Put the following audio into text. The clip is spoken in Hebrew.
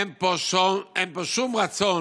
אין פה שום רצון